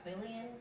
billion